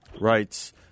rights